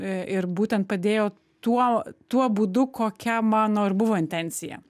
ir būtent padėjo tuo tuo būdu kokia mano ir buvo intencija